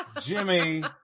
Jimmy